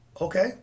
Okay